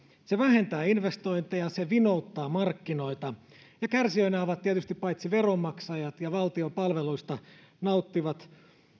se vähentää investointeja se vinouttaa markkinoita ja kärsijöinä ovat tietysti paitsi veronmaksajat ja valtion palveluista nauttivat